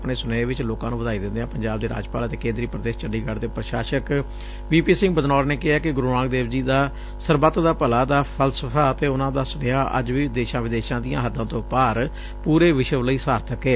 ਆਪਣੇ ਸੁਨੇਹੇ ਵਿਚ ਲੋਕਾਂ ਨੂੰ ਵਧਾਈ ਦਿੰਦਿਆਂ ਪੰਜਾਬ ਦੇ ਰਾਜਪਾਲ ਅਤੇ ਕੇਂਦਰੀ ਪ੍ਦੇਸ਼ ਚੰਡੀਗੜ ਦੇ ਪ੍ਸ਼ਾਸਨ ਵੀ ਪੀ ਸਿੰਘ ਬਦਨੌਰ ਨੇ ਕਿਹੈ ਕਿ ਗੁਰੁ ਨਾਨਕ ਦੇਵ ਜੀ ਦਾ ਸਰਬਤ ਦਾ ਭੱਲਾ ਦਾ ਫਲਸਫਾ ਅਤੇ ਉਨਾਂ ਦਾ ਸੁਨੇਹਾ ਅੱਜ ਵੀ ਦੇਸ਼ਾਂ ਵਿਦੇਸ਼ਾਂ ਦੀਆਂ ਹੱਦਾਂ ਤੋਂ ਪਾਰ ਪੂਰੇ ਵਿਸ਼ਵ ਲਈ ਸਾਰਥਕ ਏ